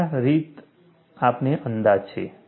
આ રીતે જ આપણી પાસે અંદાજ છે